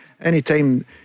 anytime